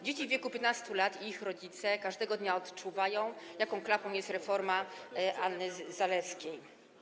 Dzieci w wieku 15 lat i ich rodzice każdego dnia odczuwają, jaką klapą jest reforma Anny Zalewskiej.